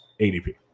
ADP